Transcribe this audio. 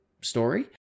story